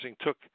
took